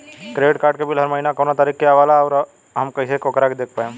Credit card के bill हर महीना कौना तारीक के आवेला और आउर हम कइसे ओकरा के देख पाएम?